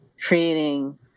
creating